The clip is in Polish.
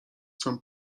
com